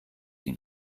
ihn